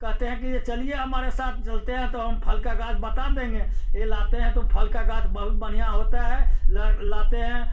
कहते हैं कि चलिए हमारे साथ चलते हैं तो हम फल का गाछ बता देंगे ये लाते हैं तो फल का गाछ बहुत बढ़िया होता है लाते हैं